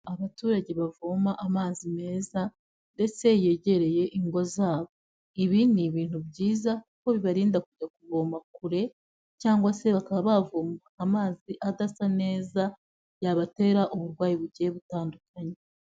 Abaturage bavoma amazi meza ndetse yegereye ingo zabo. Ibi ni ibintu byiza, kuko bibarinda kujya kuvoma kure cyangwa se bakaba bavoma amazi adasa neza, yabatera uburwayi bugiye butandukanye.